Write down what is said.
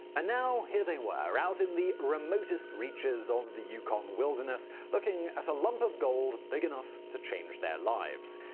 and now here they were out in the remotest reaches of yukon wilderness, looking at a lump of gold big enough to change their lives.